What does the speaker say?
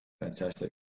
Fantastic